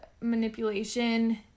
manipulation